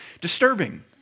disturbing